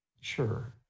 sure